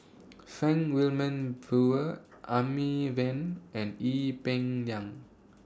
Frank Wilmin Brewer Amy Van and Ee Peng Liang